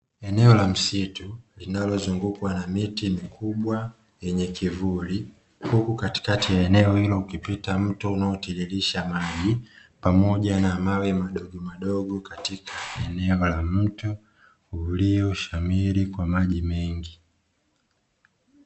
Eneo la msitu linalozungukwa na miti mikubwa yenye kivuli, huku katikati ya eneo hilo ukipita mto unaotiririsha maji pamoja na mawe madogomadogo katika eneo la mto ulioshamiri kwa maji mengi.